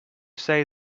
say